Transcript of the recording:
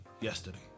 yesterday